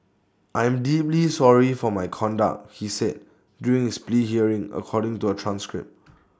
I am deeply sorry for my conduct he said during his plea hearing according to A transcript